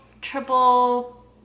triple